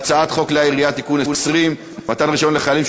והצעת חוק כלי הירייה (תיקון מס' 20) (מתן